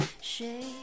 shade